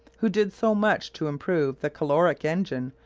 who did so much to improve the caloric engine,